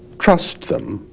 trust them